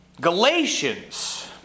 Galatians